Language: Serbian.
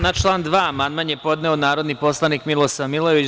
Na član 2. amandman je podneo narodni poslanik Milosav Milojević.